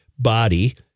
body